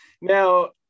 Now